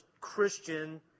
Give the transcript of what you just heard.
Christian